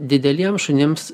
dideliems šunims